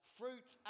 fruit